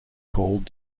called